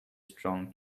strong